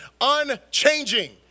unchanging